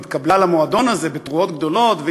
היא התקבלה למועדון הזה בתרועות גדולות,